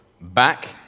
back